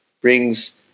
brings